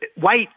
white